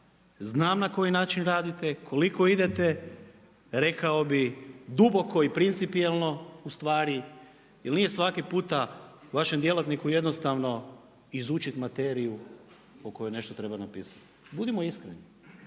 znam na koji način radite, koliko idete, rekao bi duboko i principijalno ustvari, jer nije svaki puta, vašem djelatniku jednostavno izučiti materiju o kojoj nešto treba napisati. Budimo iskreni.